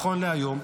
נכון להיום,